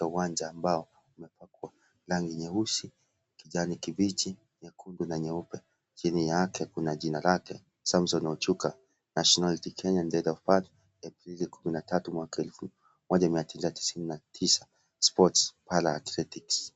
ya uwanja ambao umepakwa rangi nyeusi, kijani kibichi, nyekundu na nyeupe. Chini yake kuna jina lake: Samson Otuka. Nationality: Kenyan dae of birth: Aprili 13 1999. sports: athletics